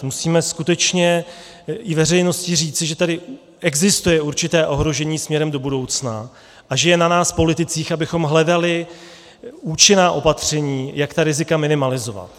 Musíme skutečně i veřejnosti říci, že tady existuje určité ohrožení směrem do budoucna a že je na nás politicích, abychom hledali účinná opatření, jak ta rizika minimalizovat.